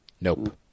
Nope